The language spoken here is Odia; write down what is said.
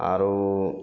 ଆଉ